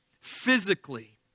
physically